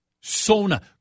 Sona